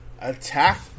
attack